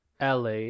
La